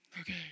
Okay